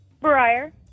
Briar